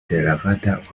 theravada